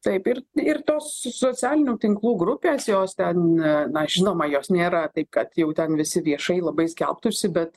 taip ir ir tos socialinių tinklų grupės jos ten na žinoma jos nėra taip kad jau ten visi viešai labai skelbtųsi bet